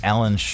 Alan